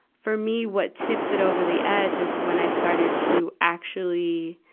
for me, what tips it over the edge is when i started to actually,